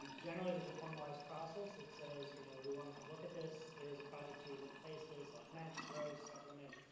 generally, there's a formalized process that says, you know, we want to come look at this. there's a project to replace this demand growth supplement.